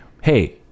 hey